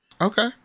Okay